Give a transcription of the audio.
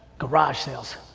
garage sales.